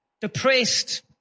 depressed